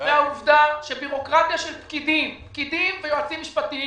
העובדה היא שיש בירוקרטיה של פקידים ויועצים משפטיים,